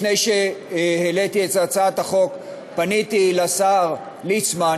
לפני שהעליתי את הצעת החוק פניתי לשר ליצמן,